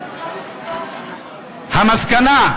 "המסקנה"